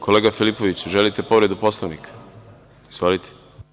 Kolega Filipoviću, želite povredu Poslovnika? (Da.) Izvolite.